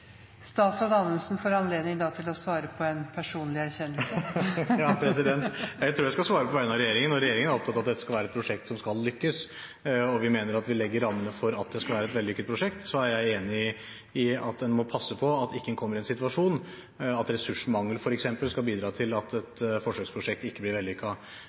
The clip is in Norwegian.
Statsråd Anundsen får anledning til å svare på et personlig spørsmål. Jeg tror jeg skal svare på vegne av regjeringen, og regjeringen er opptatt av at dette skal være et prosjekt som skal lykkes. Vi mener at vi legger rammene for at det skal være et vellykket prosjekt. Så er jeg enig i at en må passe på at en ikke kommer i den situasjonen at f.eks. ressursmangel skal bidra til at et forsøksprosjekt ikke blir